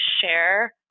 share